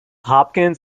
hopkins